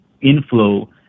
inflow